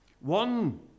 One